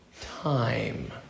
time